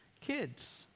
kids